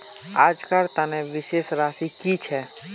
आजकार तने शेष राशि कि छे?